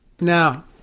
Now